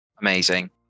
Amazing